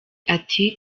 ati